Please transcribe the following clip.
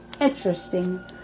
interesting